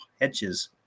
Hedges